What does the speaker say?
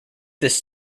this